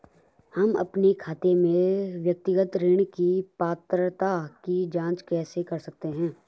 हम अपने खाते में व्यक्तिगत ऋण की पात्रता की जांच कैसे कर सकते हैं?